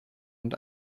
und